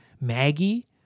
Maggie